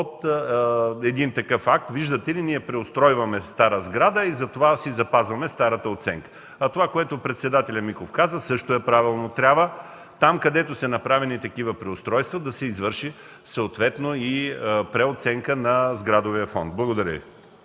от един такъв акт – виждате ли, ние преустройваме стара сграда и затова си запазваме старата оценка. Това, което каза председателят Миков, също е правилно. Там, където са направени такива преустройства, трябва да се извърши съответно и преоценка на сградния фонд. ПРЕДСЕДАТЕЛ